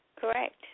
correct